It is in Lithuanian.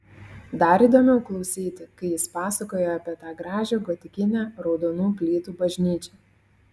dar įdomiau klausyti kai jis pasakoja apie tą gražią gotikinę raudonų plytų bažnyčią